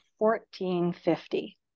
1450